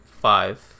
five